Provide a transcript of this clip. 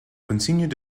continued